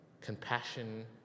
Compassion